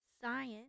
Science